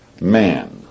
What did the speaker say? man